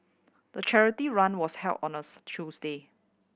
the charity run was held on Tuesday